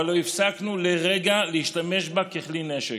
אבל לא הפסקנו לרגע להשתמש בה ככלי נשק.